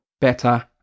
better